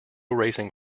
racing